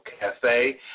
Cafe